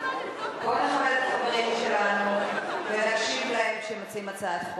בוא נכבד את החברים שלנו ונקשיב להם כשהם מציעים הצעת חוק.